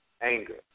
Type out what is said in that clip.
anger